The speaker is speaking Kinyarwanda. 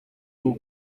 bwo